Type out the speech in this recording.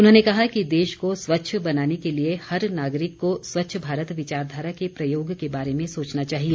उन्होंने कहा कि देश को स्वच्छ बनाने के लिए हर नागरिक को स्वच्छ भारत विचारधारा के प्रयोग के बारे में सोचना चाहिए